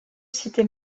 cité